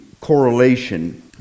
correlation